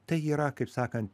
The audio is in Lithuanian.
tai yra kaip sakant